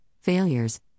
failures